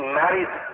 married